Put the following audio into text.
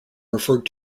referred